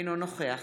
אינו נוכח